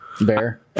bear